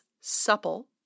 supple